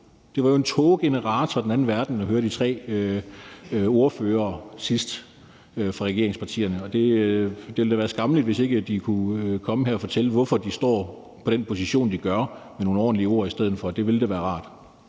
Det var jo en tågegenerator af den anden verden at høre de tre ordførere fra regeringspartierne sidst. Det ville da være skammeligt, hvis ikke de kunne komme her og fortælle, hvorfor de står på den position, de gør, med nogle ordentlige ord i stedet for. Det ville da være rart.